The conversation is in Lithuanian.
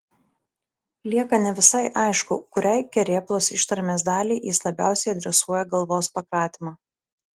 lieka ne visai aišku kuriai kerėplos ištarmės daliai jis labiausiai adresuoja galvos pakratymą